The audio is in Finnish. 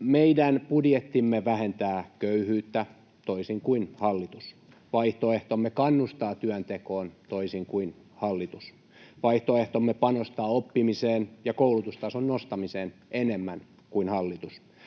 meidän budjettimme vähentää köyhyyttä, toisin kuin hallitus. Vaihtoehtomme kannustaa työntekoon, toisin kuin hallitus. Vaihtoehtomme panostaa oppimiseen ja koulutustason nostamiseen enemmän kuin hallitus.